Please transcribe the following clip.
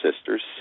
sisters